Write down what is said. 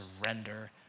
surrender